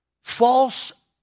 false